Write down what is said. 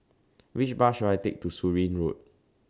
Which Bus should I Take to Surin Road